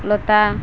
ଲତା